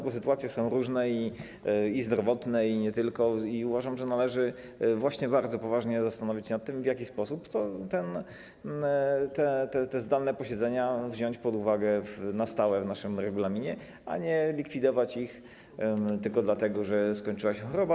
Bo sytuacje są różne - i zdrowotne, i nie tylko - i uważam, że należy bardzo poważnie zastanowić się nad tym, w jaki sposób te zdalne posiedzenia wziąć pod uwagę na stałe w naszym regulaminie, a nie likwidować ich tylko dlatego, że skończyła się choroba.